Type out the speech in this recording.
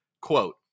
quote